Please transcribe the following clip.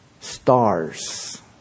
stars